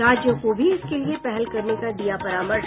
राज्यों को भी इसके लिये पहल करने का दिया परामर्श